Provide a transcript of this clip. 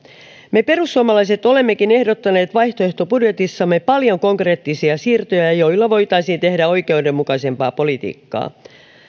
me perussuomalaiset olemmekin ehdottaneet vaihtoehtobudjetissamme paljon konkreettisia siirtoja joilla voitaisiin tehdä oikeudenmukaisempaa politiikkaa